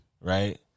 Right